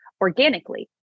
organically